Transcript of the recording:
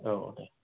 औ दे